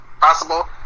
possible